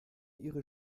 ihre